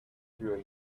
through